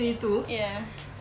ya